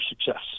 success